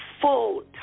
full